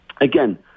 again